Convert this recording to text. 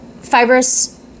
fibrous